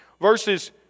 Verses